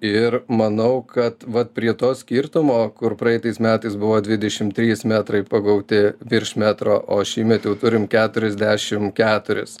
ir manau kad vat prie to skirtumo kur praeitais metais buvo dvideši trys metrai pagauti virš metro o šįmet jau turim keturiasdešim keturis